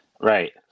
Right